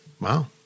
Wow